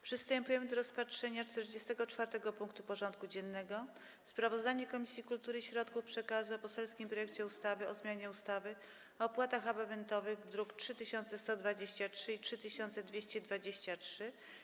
Przystępujemy do rozpatrzenia punktu 44. porządku dziennego: Sprawozdanie Komisji Kultury i Środków Przekazu o poselskim projekcie ustawy o zmianie ustawy o opłatach abonamentowych (druki nr 3123 i 3223)